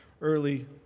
early